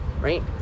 right